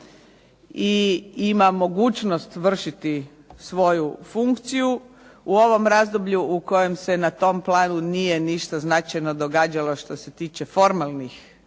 i ima mogućnost vršiti svoju funkciju. U ovom razdoblju u kojem se na tom planu nije ništa značajno događalo što se tiče formalnih poslova